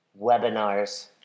webinars